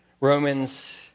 Romans